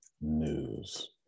news